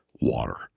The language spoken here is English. water